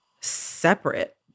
separate